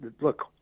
Look